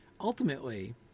ultimately